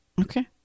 Okay